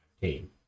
team